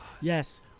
Yes